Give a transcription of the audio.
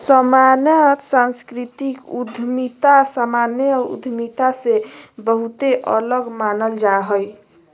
सामान्यत सांस्कृतिक उद्यमिता सामान्य उद्यमिता से बहुते अलग मानल जा हय